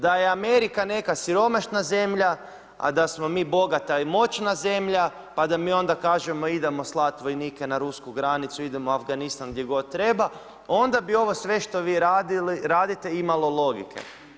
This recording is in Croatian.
Da je Amerika neka siromašna zemlja, a da smo mi bogata i moćna zemlja, pa da mi onda kažemo, idemo slati vojnike na rusku granicu, idemo u Afganistan gdje god treba, onda bi ovo sve što vi radite imalo logike.